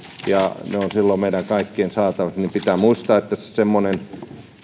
ja ne ovat meidän kaikkien saatavilla niin pitää muistaa että jos suomessa myydään semmoinen